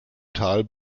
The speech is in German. tal